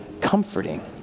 comforting